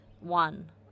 one